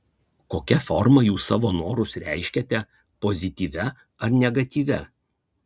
kokia forma jūs savo norus reiškiate pozityvia ar negatyvia